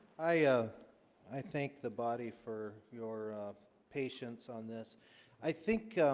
i ah i thank the body for your patience on this i think